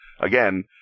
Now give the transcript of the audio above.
again